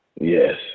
Yes